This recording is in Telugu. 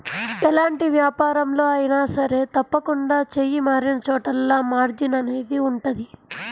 ఎలాంటి వ్యాపారంలో అయినా సరే తప్పకుండా చెయ్యి మారినచోటల్లా మార్జిన్ అనేది ఉంటది